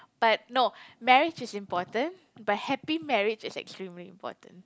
but no marriage is important but happy marriage is extremely important